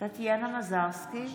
טטיאנה מזרסקי,